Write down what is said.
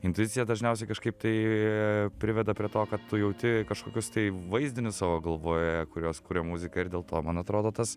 intuicija dažniausiai kažkaip tai priveda prie to kad tu jauti kažkokius tai vaizdinius savo galvoj kuriuos kuria muzika ir dėl to man atrodo tas